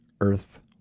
earth